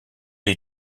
les